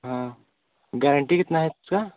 हाँ गारंटी कितना है इसका